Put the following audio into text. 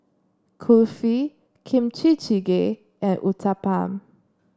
Kulfi Kimchi Jjigae and Uthapam